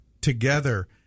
together